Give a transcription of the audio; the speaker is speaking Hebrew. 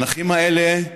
הנכים האלה,